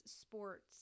sports